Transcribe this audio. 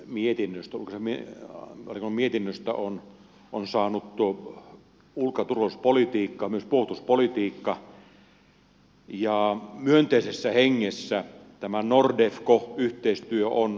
silmäänpistävän suuren osan tästä ulkoasiainvaliokunnan mietinnöstä on saanut ulko ja turvallisuuspolitiikka myös puolustuspolitiikka ja myönteisessä hengessä tämä nordefco yhteistyö on edistysaskel